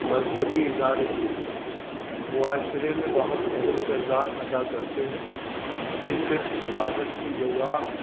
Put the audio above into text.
مذہبی ادارے معاشرے میں بہت اہم کردار ادا کرتے ہیں یہ صرف عبادت کی جگہ